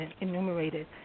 enumerated